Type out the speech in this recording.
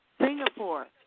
Singapore